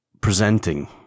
presenting